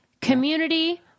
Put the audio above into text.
community